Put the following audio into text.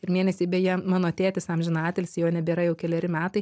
ir mėnesiai beje mano tėtis amžiną atilsį jo nebėra jau keleri metai